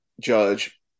Judge